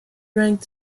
ranked